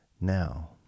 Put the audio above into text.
Now